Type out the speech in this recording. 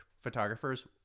photographers